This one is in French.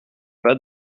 pas